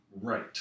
Right